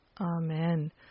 Amen